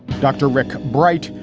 dr. ric bright,